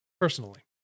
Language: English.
Personally